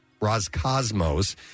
Roscosmos